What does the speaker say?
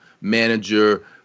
manager